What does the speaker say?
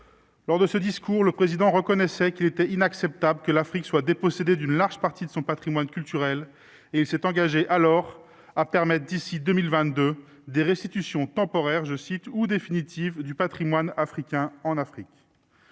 Lors de ce discours, il reconnaissait qu'il était inacceptable que l'Afrique soit dépossédée d'une large partie de son patrimoine culturel et s'engageait à permettre, d'ici à 2022, « des restitutions temporaires ou définitives du patrimoine africain en Afrique